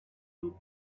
two